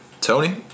Tony